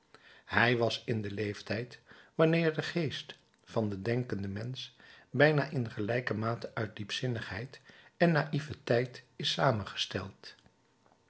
hij was in den leeftijd wanneer de geest van den denkenden mensch bijna in gelijke mate uit diepzinnigheid en naïeveteit is samengesteld